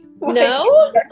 No